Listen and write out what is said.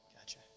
Gotcha